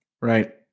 Right